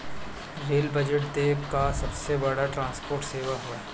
rail budget देस कअ सबसे बड़ ट्रांसपोर्ट सेवा हवे